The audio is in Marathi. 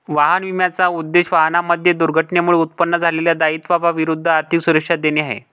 वाहन विम्याचा उद्देश, वाहनांमध्ये दुर्घटनेमुळे उत्पन्न झालेल्या दायित्वा विरुद्ध आर्थिक सुरक्षा देणे आहे